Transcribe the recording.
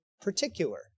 particular